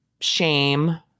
shame